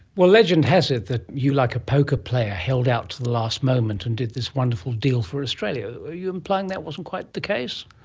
well, legend has it that you, like a poker player, held out until the last moment and did this wonderful deal for australia. are you implying that wasn't quite the case?